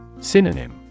Synonym